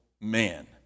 man